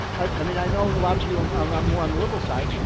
i mean, i know a lot of you um are um more on the liberal side.